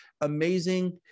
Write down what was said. amazing